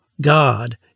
God